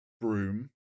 broom